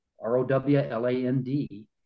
R-O-W-L-A-N-D